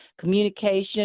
communication